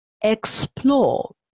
Explore